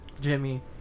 jimmy